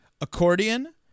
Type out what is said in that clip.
Accordion